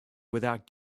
without